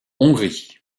hongrie